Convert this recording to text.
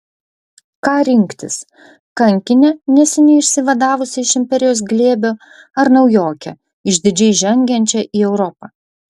ką rinktis kankinę neseniai išsivadavusią iš imperijos glėbio ar naujokę išdidžiai žengiančią į europą